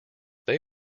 they